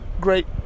great